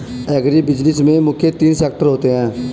agribusiness में मुख्य तीन सेक्टर होते है